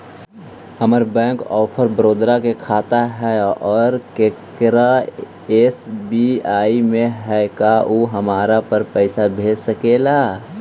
हमर bank of Baroda में खाता है और केकरो एस.बी.आई में है का उ हमरा पर पैसा भेज सकले हे?